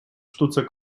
sztuce